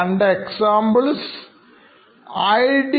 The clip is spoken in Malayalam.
രണ്ട് ഉദാഹരണങ്ങൾ ideo